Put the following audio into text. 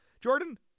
Jordan